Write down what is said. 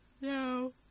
No